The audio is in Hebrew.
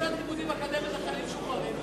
לשנת לימודים אקדמית לחיילים משוחררים.